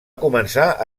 començar